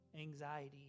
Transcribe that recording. anxiety